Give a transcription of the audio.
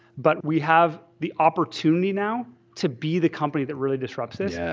but we have the opportunity now to be the company that really disrupts this, yeah